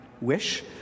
wish